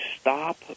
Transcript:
stop